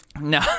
No